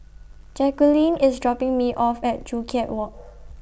Jaqueline IS dropping Me off At Joo Chiat Walk